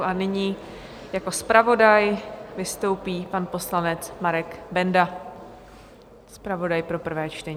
A nyní jako zpravodaj vystoupí pan poslanec Marek Benda, zpravodaj pro prvé čtení.